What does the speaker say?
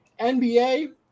NBA